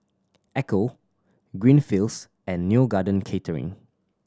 Ecco Greenfields and Neo Garden Catering